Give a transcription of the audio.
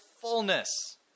fullness